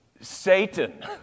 Satan